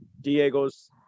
Diego's